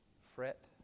fret